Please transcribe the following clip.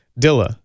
Dilla